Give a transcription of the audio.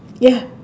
ya